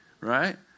Right